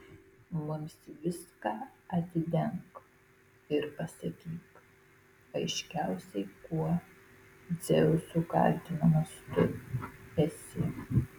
mums viską atidenk ir pasakyk aiškiausiai kuo dzeuso kaltinamas tu esi